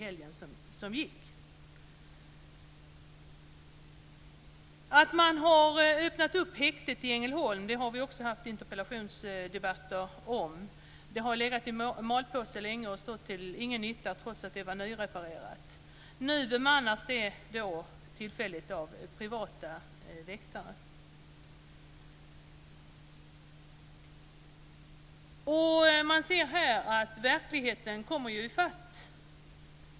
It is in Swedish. Man har nu öppnat häktet i Ängelholm, och det har vi haft interpellationsdebatter om. Det har legat i malpåse länge och stått till ingen nytta trots att det var nyrenoverat. Nu bemannas det tillfälligt av privata väktare. Man ser att verkligheten kommer i fatt.